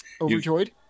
Overjoyed